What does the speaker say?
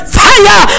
fire